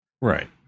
Right